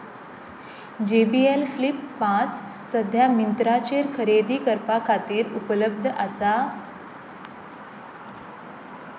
जे B L flip पांच सद्या मिंत्राचेर खरेदी करपाखातीर उपलब्ध आसा